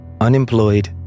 unemployed